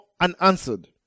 unanswered